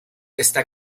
está